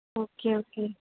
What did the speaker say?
okay okay